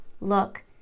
look